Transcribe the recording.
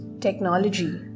technology